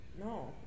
No